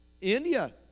India